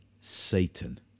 Satan